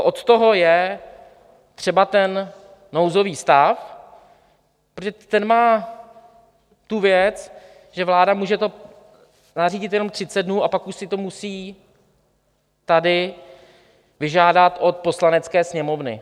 Od toho je třeba ten nouzový stav, protože ten má tu věc, že vláda to může nařídit jenom 30 dnů a pak už si to musí tady vyžádat od Poslanecké sněmovny.